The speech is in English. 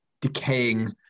decaying